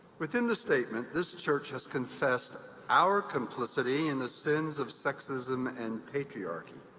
within the statement, this church has confessed our complicity in the sins of sexism and patriarchy.